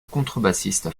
contrebassiste